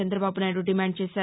Chandrababu Naidu demand చేశారు